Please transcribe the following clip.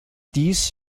dies